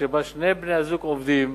שבה שני בני-הזוג עובדים,